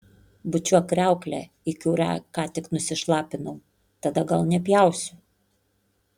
bučiuok kriauklę į kurią ką tik nusišlapinau tada gal nepjausiu